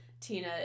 tina